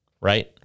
right